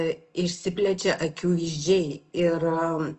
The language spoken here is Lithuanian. išsiplečia akių vyzdžiai ir